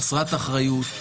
חסרת אחריות,